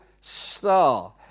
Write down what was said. star